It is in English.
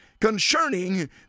concerning